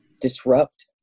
disrupt